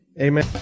amen